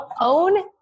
own